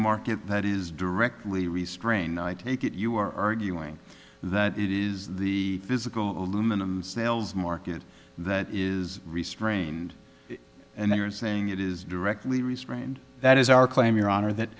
market that is directly restrained i take it you are arguing that it is the physical aluminums nails market that is restrained and they are saying it is directly restrained that is our claim your honor that